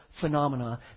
phenomena